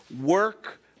work